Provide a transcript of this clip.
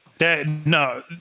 No